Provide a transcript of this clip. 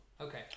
okay